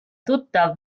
tuttav